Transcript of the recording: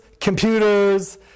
computers